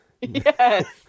Yes